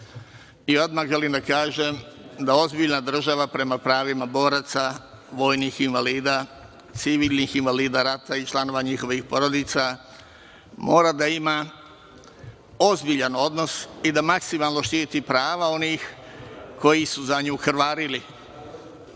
Odmah želim da ozbiljna država prema pravima boraca, vojnih invalida, civilnih invalida rata i članovi njihovih porodica mora da ima ozbiljan odnos i da maksimalno štiti prava onih koji su za nju krvarili. Mnogo